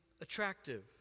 Attractive